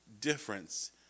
difference